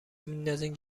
میندازین